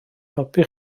helpu